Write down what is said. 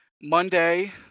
Monday